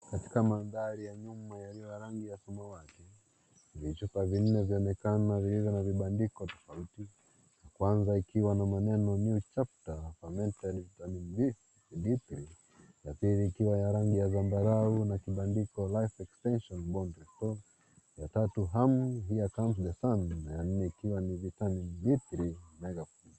Katika mandari ya nyuma yaliyo na rangi ya samawati vichupa vinne vyaonekana vilivyo na vibandiko tofauti kwanza ikiwa na maneno New Chapter Fermented vitamin D3 ya pili ikiwa ya rangi ya sambarau na kibandiko life extension bone restore ya tatu Hum here comes the sun na ya nne ikiwa vitamin D3 megafood .